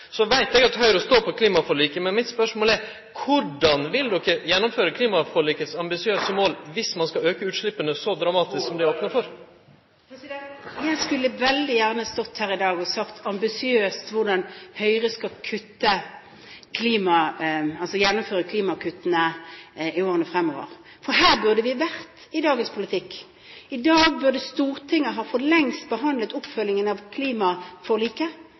Så veit eg at Høgre står på klimaforliket. Men mitt spørsmål er: Korleis vil de gjennomføre klimaforlikets ambisiøse mål viss ein skal auke utsleppa så dramatisk … Jeg skulle veldig gjerne stått her i dag og sagt ambisiøst hvordan Høyre skal gjennomføre klimakuttene i årene fremover, for der burde vi vært i dagens politikk. Stortinget burde i dag for lengst ha behandlet oppfølgingen av klimaforliket.